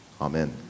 Amen